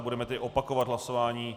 Budeme tedy opakovat hlasování.